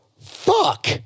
fuck